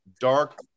dark